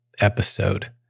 episode